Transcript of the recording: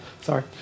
Sorry